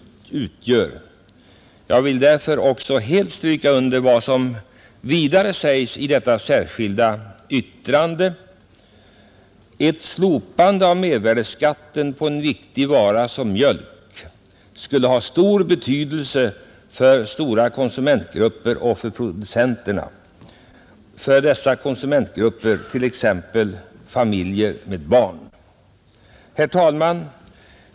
Jag vill därför helt stryka under vad som vidare sägs i yttrandet: ”Ett slopande av mervärdeskatten på en så viktig vara som mjölk skulle ha stor betydelse både för producenterna och för stora konsumentgrupper, t.ex. familjer med barn.” Herr talman!